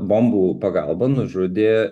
bombų pagalba nužudė